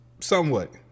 Somewhat